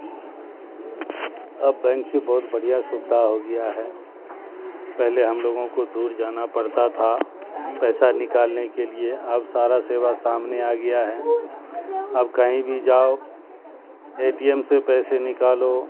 اب بینک سے بہت بڑھیا سبدھا ہوگیا ہے پہلے ہم لوگوں کو دور جانا پڑتا تھا پیسہ نکالنے کے لیے اب سارا سیوا سامنے آ گیا ہے اب کہیں بھی جاؤ اے ٹی ایم سے پیسے نکالو